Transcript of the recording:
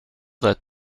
that